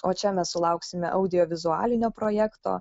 o čia mes sulauksime audiovizualinio projekto